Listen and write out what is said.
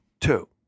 two